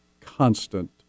constant